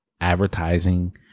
advertising